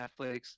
Netflix